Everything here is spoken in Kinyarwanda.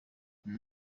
aba